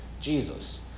Jesus